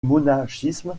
monachisme